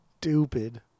Stupid